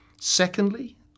Secondly